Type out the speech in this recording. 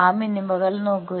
ആ മിനിമകൾ നോക്കൂ